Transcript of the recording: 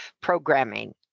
programming